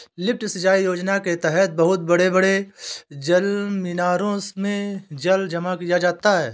lift सिंचाई योजना के तहद बहुत बड़े बड़े जलमीनारों में जल जमा किया जाता है